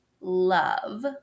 love